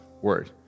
word